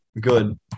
good